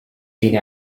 tiene